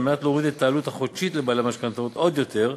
על מנת להוריד את העלות החודשית לבעלי המשכנתאות עוד יותר,